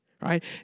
Right